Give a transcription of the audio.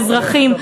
אזרחים.